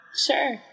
Sure